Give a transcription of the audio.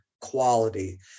quality